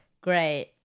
Great